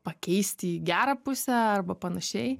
pakeisti į gerą pusę arba panašiai